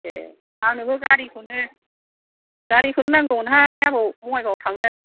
ए आंनो नोंनि गारिखौनो नांगौमोनहाय आबौ बङाइगावआव थांनो